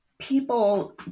people